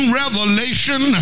revelation